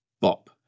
bop